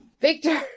Victor